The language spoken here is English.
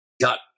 got